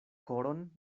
koron